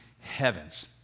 heavens